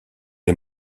les